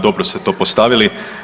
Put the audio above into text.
Dobro ste to postavili.